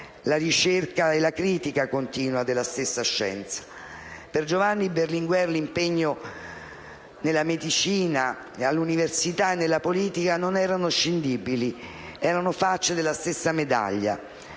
la ricerca e la critica continua della stessa scienza. Per Giovanni Berlinguer l'impegno nella medicina, all'università e nella politica non erano scindibili, erano facce della stessa medaglia.